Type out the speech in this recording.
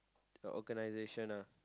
a organisation ah